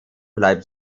bleibt